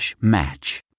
match